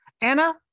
Anna